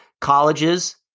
Colleges